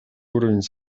уровень